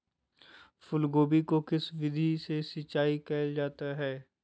फूलगोभी को किस विधि से सिंचाई कईल जावत हैं?